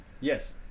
Yes